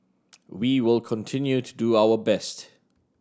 we will continue to do our best